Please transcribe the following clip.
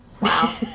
Wow